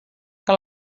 que